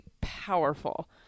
powerful